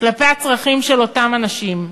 כלפי הצרכים של אותם אנשים?